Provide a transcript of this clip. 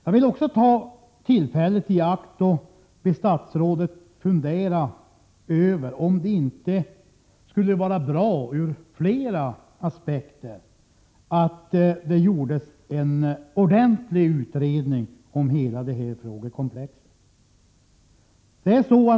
Jag vill också ta tillfället i akt att be statsrådet fundera över om det inte skulle vara bra ur flera aspekter att det gjordes en ordentlig utredning om hela detta frågekomplex.